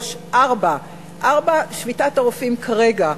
4. שביתת הרופאים כרגע,